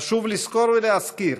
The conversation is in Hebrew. חשוב לזכור ולהזכיר,